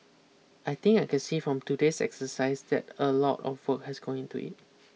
I think I can see from today's exercise that a lot of work has gone into it